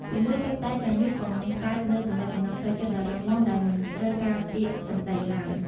ទង្វើតូចតាចទាំងនេះបង្កើតនូវទំនាក់ទំនងផ្លូវចិត្តដ៏រឹងមាំ ដោយមិនត្រូវការពាក្យសម្ដីឡើយ។